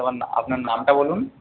আপনার নামটা বলুন